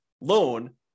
loan